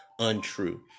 Untrue